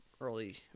early